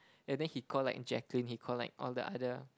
and then he call like Jacqueline he call like all the other